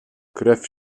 krew